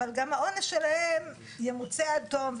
אבל גם העונש שלהם ימוצה עד תום,